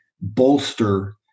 bolster